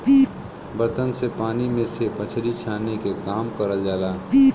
बर्तन से पानी में से मछरी छाने के काम करल जाला